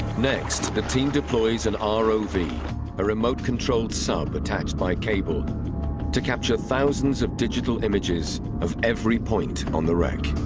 next the team deploys an ah rov a remote-controlled sub attached by cable to capture thousands of digital images of every point on the wreck.